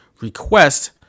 request